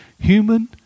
human